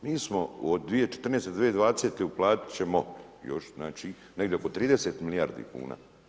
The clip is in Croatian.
Mi smo od 2014. do 2020. uplatiti ćemo još znači, negdje oko 30 milijardi kuna.